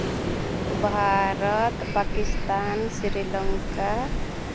Bharat Pakistan Sri Lanka